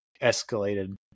escalated